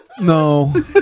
No